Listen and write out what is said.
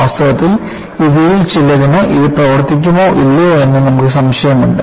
വാസ്തവത്തിൽ ഇവയിൽ ചിലതിന് ഇത് പ്രവർത്തിക്കുമോ ഇല്ലയോ എന്ന് നമുക്ക് സംശയമുണ്ട്